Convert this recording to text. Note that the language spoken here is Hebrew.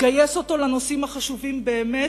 גייס אותו לנושאים החשובים באמת,